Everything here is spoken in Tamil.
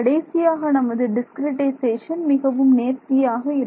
கடைசியாக நமது டிஸ்கிரிட்டைசேஷன் மிகவும் நேர்த்தியாக இருக்கும்